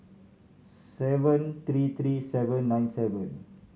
seven three three seven nine seven